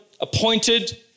appointed